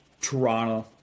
Toronto